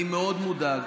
אני מאוד מודאג